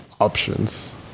options